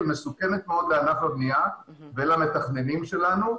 שמסוכנת מאוד לענף הבנייה ולמתכננים שלנו.